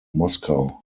moscow